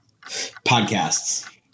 Podcasts